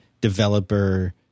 developer